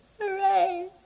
Hooray